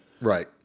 right